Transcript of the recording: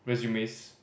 resumes